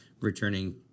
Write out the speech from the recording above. returning